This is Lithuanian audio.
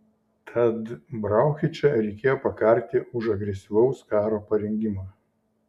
tad brauchičą reikėjo pakarti už agresyvaus karo parengimą